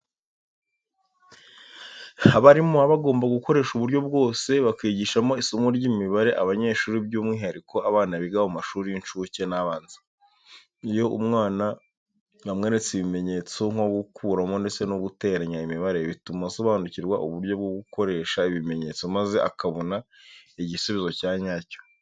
Abarimu baba bagomba gukoresha uburyo bwose bakwigishamo isomo ry'imibare abanyeshuri by'umwihariko abana biga mu mashuri y'incuke n'abanza. Iyo umwana bamweretse ibimenyetso nko gukuramo ndetse no guteranya imibare, bituma asobanukirwa uburyo bwo gukoresha ibi bimenyetso, maze akabona igisubizo cya nyacyo.